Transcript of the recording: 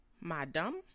Madam